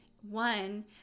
one